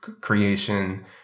creation